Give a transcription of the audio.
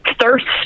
thirst